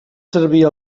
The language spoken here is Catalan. servir